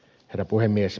herra puhemies